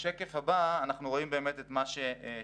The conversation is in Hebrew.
בשקף הבא אנחנו רואים באמת את מה ששאלת